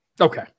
Okay